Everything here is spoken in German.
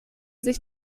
sich